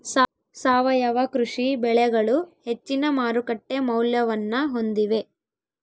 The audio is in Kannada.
ಸಾವಯವ ಕೃಷಿ ಬೆಳೆಗಳು ಹೆಚ್ಚಿನ ಮಾರುಕಟ್ಟೆ ಮೌಲ್ಯವನ್ನ ಹೊಂದಿವೆ